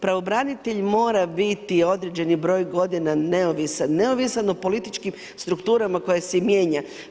Pravobranitelj mora biti određeni broj godina neovisan, neovisan o političkim strukturama koje se mijenjaju.